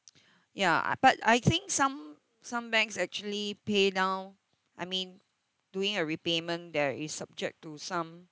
ya a~ but I think some some banks actually pay down I mean doing a repayment there is subject to some